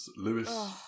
Lewis